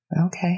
Okay